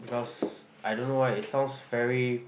because I don't know why it sounds very